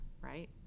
right